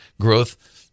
growth